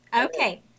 Okay